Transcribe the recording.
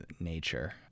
nature